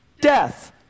Death